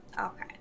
okay